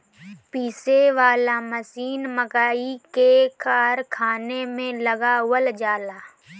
पीसे वाला मशीन मकई के कारखाना में लगावल जाला